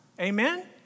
Amen